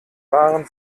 waren